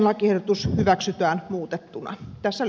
lakiehdotus hyväksytään muutettuna